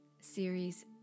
series